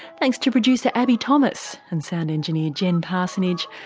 thanks to producer abbie thomas and sound engineer jen parsonage.